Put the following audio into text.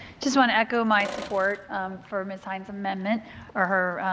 just want to echo my support for ms. hynes' amendment or her,